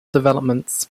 developments